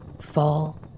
fall